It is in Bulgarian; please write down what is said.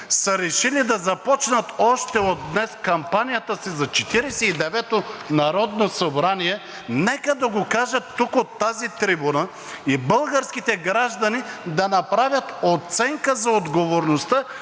са решили да започнат още от днес кампанията си за Четиридесет и деветото народно събрание, нека да го кажат тук, от тази трибуна, и българските граждани да направят оценка за отговорността